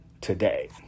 today